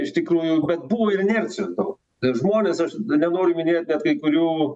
iš tikrųjų bet buvo ir inercijos daug ir žmonės aš nu nenoriu minėt net kai kurių